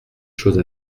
chose